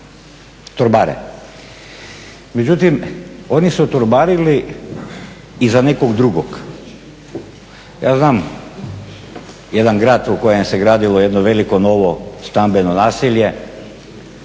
Međutim, oni su torbarili i za nekog drugog. Ja znam jedan grad u kojem se gradilo jedno veliko novo stambeno naselje,